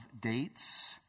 dates